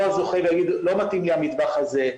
הזוכה ויגיד 'לא מתאים לי המטבח הזה,